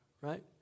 right